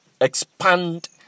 expand